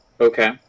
Okay